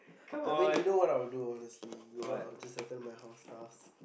I mean you know what I would do honestly you know I would just attend my house stuff